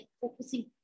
focusing